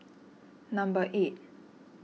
number eight